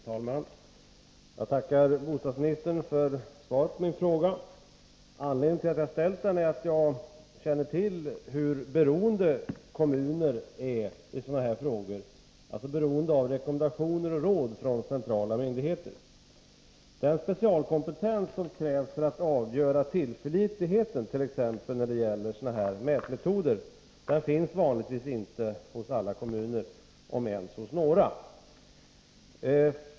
Herr talman! Jag tackar bostadsministern för svaret på min fråga. Anledningen till att jag har ställt den är att jag vet hur beroende kommuner är i sådana här frågor av rekommendationer och råd från centrala myndigheter. Den specialkompetens som krävs för att avgöra tillförlitligheten t.ex. när det gäller sådana här mätmetoder finns vanligtvis inte hos alla kommuner om ens hos några.